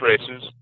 races